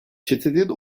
çetenin